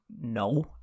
No